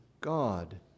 God